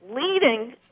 leading